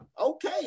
okay